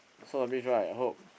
so the beach right I hope